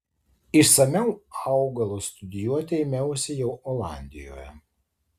išsamiau augalus studijuoti ėmiausi jau olandijoje